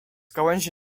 gałęzi